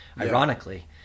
ironically